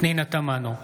פנינה תמנו,